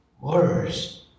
worse